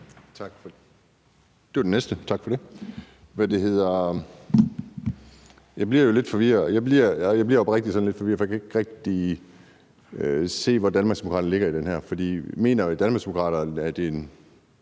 Andersen (NB): Tak for det. Jeg bliver oprigtigt sådan lidt forvirret, for jeg kan ikke rigtig se, hvor Danmarksdemokraterne ligger i den her sag. Mener Danmarksdemokraterne, at den